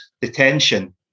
detention